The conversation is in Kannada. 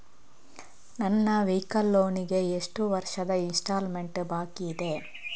ನನ್ನ ವೈಕಲ್ ಲೋನ್ ಗೆ ಎಷ್ಟು ವರ್ಷದ ಇನ್ಸ್ಟಾಲ್ಮೆಂಟ್ ಬಾಕಿ ಇದೆ?